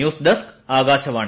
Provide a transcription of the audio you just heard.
news desk Akashvani